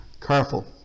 careful